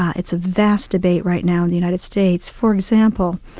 ah it's a vast debate right now in the united states. for example,